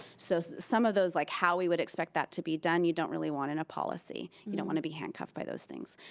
so so some of those like how we would expect that to be done, you don't really want in a policy. you know want to be handcuffed by those things,